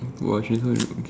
!wah! transfer in